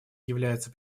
является